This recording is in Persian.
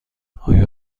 آیا